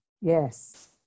Yes